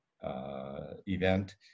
event